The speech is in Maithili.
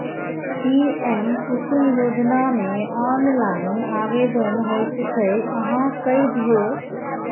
पीएम कुसुम योजनामे ऑनलाइन आवेदन होइत छै अहाँ कए दियौ